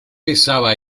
pesaba